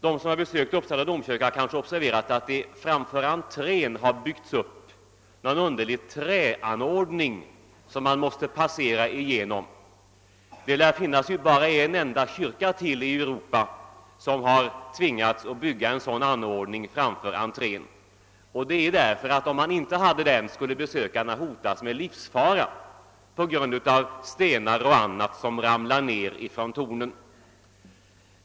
De som besökt Uppsala domkyrka har observerat att man framför kyrkan har byggt upp en underlig träanordning, som man måste passera igenom när man skall gå in i kyrkan. Det lär bara finnas ytterligare en kyrka i Europa, framför vars entré man tvingats bygga en sådan anordning. Om man inte hade den här träanordningen skulle besökarna hotas av livsfara på grund av stenar och annat som ramlar ner från tornen.